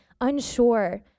unsure